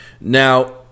Now